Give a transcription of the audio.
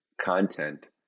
content